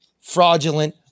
fraudulent